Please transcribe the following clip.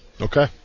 Okay